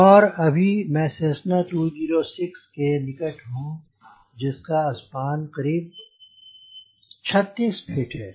और अभी मैं सेस्सना 206 के निकट हूँ जिसका स्पान करीब 36 फ़ीट है